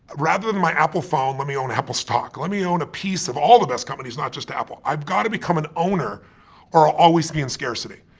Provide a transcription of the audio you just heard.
rather than my apple phone, let me own apple stock. let me own a piece of all of the best companies, not just apple. i've got to become an owner or i'll always be in scarcity.